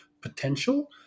potential